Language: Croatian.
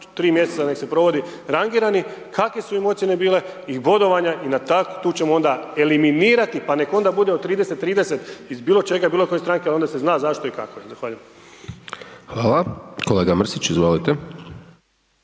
tri mjeseca nek se provodi, rangirani, kakve su im ocjene bile i bodovanja i na tak, tu ćemo onda eliminirati pa nek onda bude od 30 30 iz bilo čega i bilo koje stranke ali onda se zna i zašto i kako. Zahvaljujem. **Hajdaš Dončić, Siniša